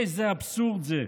איזה אבסורד זה.